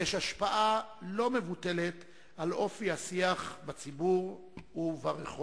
יש השפעה לא מבוטלת על אופי השיח בציבור וברחוב.